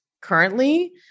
currently